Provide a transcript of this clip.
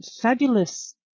fabulous